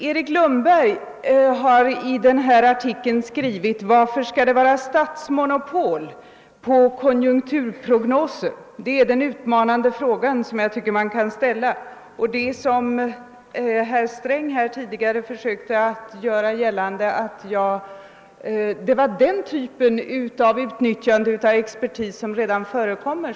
Erik Lundberg har ställt den utmanande frågan: »Varför skall det vara statsmonopol på konjunkturprognoser?» Herr Sträng försökte tidigare göra gällande att det jag hade talat om var den typ av utnyttjande av expertis som redan förekommit.